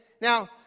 Now